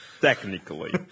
technically